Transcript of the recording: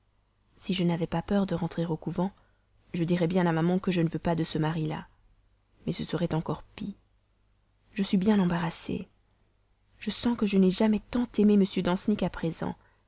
si je n'avais pas peur de rentrer au couvent je dirais bien à maman que je ne veux pas de ce mari là mais ce serait encore pis je suis bien embarrassée je sens que je n'ai jamais tant aimé m danceny qu'à présent